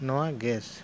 ᱱᱚᱣᱟ ᱜᱮᱥ